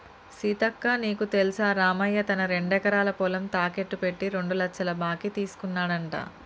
సీతక్క నీకు తెల్సా రామయ్య తన రెండెకరాల పొలం తాకెట్టు పెట్టి రెండు లచ్చల బాకీ తీసుకున్నాడంట